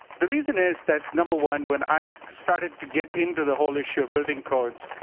the reason is that, number one, when i started to get into the whole issue of building codes,